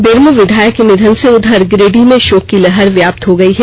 बेरमो विधायक के निधन से उधर गिरिडीह में शोक की लहर व्याप्त हो गई है